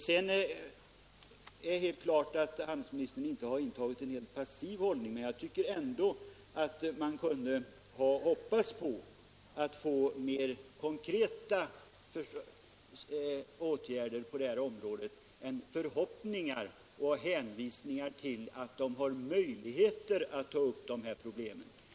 Det är klart att handelsministern inte har intagit en passiv hållning i denna fråga, men jag tycker att man kunde ha rätt att räkna med konkretare åtgärder på detta område än uttalade förhoppningar om att branschen skall ta upp det här problemet.